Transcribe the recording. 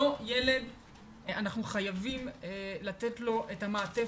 אנחנו חייבים לתת לאותו ילד את המעטפת,